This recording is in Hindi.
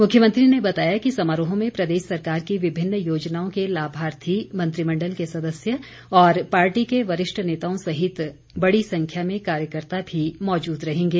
मुख्यमंत्री ने बताया कि समारोह में प्रदेश सरकार की विभिन्न योजनाओं के लाभार्थी मंत्रिमंडल के सदस्य और पार्टी के वरिष्ठ नेताओं सहित बड़ी संख्या में कार्यकर्त्ता भी मौजूद रहेंगे